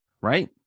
right